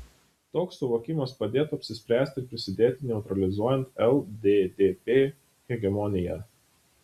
toks suvokimas padėtų apsispręsti ir prisidėti neutralizuojant lddp hegemoniją